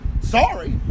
Sorry